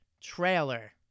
trailer